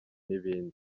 n’ibindi